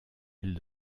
elle